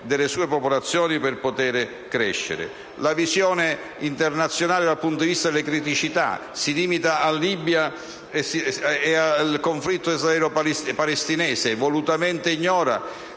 delle sue popolazioni per poter crescere. La visione internazionale, dal punto di vista delle criticità, si limita a trattare il caso della Libia e del conflitto israelo-palestinese e volutamente ignora